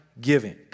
giving